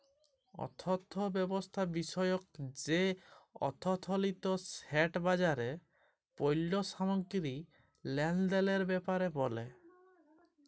অথ্থব্যবস্থা বিষয়ক যে অথ্থলিতি সেট বাজারে পল্য সামগ্গিরি লেলদেলের ব্যাপারে ব্যলে